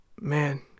man